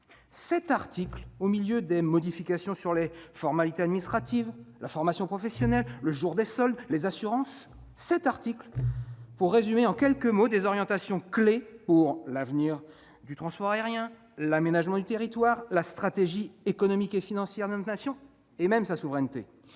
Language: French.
Sept articles- au milieu des modifications sur les formalités administratives, la formation professionnelle, le jour des soldes, les assurances, etc. -résument en quelques mots des orientations clés pour l'avenir du transport aérien, l'aménagement du territoire, la stratégie économique et financière de notre Nation, et même sa souveraineté.